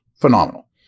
Phenomenal